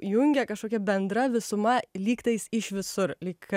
jungia kažkokia bendra visuma lyg tais iš visur lyg